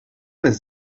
des